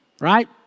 right